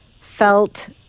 felt